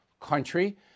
country